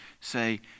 say